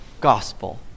gospel